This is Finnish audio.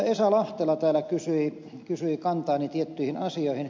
esa lahtela täällä kysyi kantaani tiettyihin asioihin